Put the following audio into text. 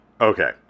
Okay